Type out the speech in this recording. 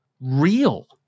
real